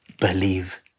believe